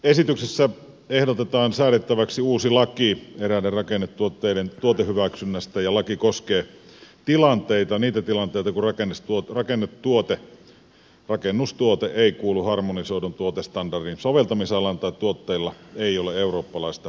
esityksessä ehdotetaan säädettäväksi uusi laki eräiden rakennustuotteiden tuotehyväksynnästä ja laki koskee niitä tilanteita kun rakennustuote ei kuulu harmonisoidun tuotestandardin soveltamisalaan tai tuotteilla ei ole eurooppalaista teknistä arviointia